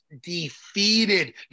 defeated